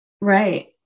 Right